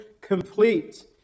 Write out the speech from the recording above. complete